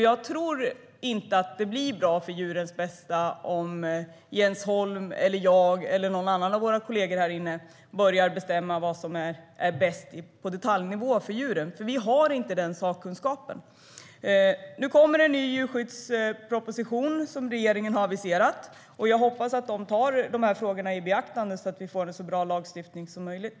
Jag tror inte att det gynnar djurens bästa om Jens Holm, jag eller någon av våra kollegor här inne börjar bestämma vad som är bäst på detaljnivå för djuren, för vi har inte den sakkunskapen. Nu kommer det en ny djurskyddsproposition, som regeringen har aviserat. Jag hoppas att man tar dessa frågor i beaktande så att vi får en så bra lagstiftning som möjligt.